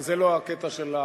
אבל זה לא הקטע של,